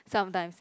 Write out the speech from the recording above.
sometimes